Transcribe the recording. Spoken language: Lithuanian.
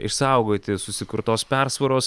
išsaugoti susikurtos persvaros